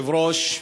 כבוד היושב-ראש,